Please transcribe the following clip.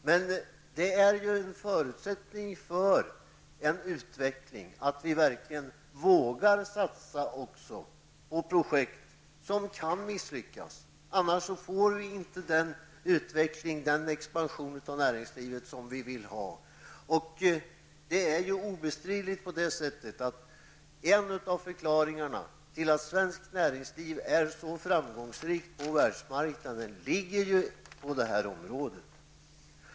Men det är en förutsättning för en utveckling att vi verkligen vågar satsa också på projekt som kan misslyckas. Annars får vi inte den utveckling, den expansion av näringslivet, som vi vill ha. En av förklaringarna till att svenskt näringsliv är så framgångsrikt på världsmarknaden ligger obestridligen på det här området.